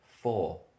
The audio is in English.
four